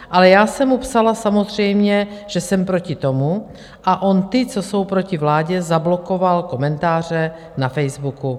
Ale já jsem mu psala samozřejmě, že jsem proti tomu, a on ty, co jsou proti vládě, zablokoval komentáře na Facebooku.